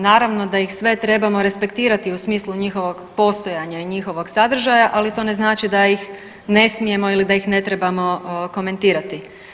Naravno da ih sve trebamo respektirati u smislu njihovog postojanja i njihovog sadržaja, ali to ne znači da ih ne smijemo ili da ih ne trebamo komentirati.